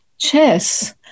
chess